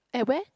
at where